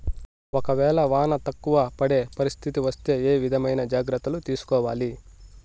ఒక వేళ వాన తక్కువ పడే పరిస్థితి వస్తే ఏ విధమైన జాగ్రత్తలు తీసుకోవాలి?